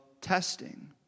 testing